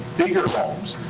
bigger homes,